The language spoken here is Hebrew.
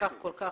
כול כך,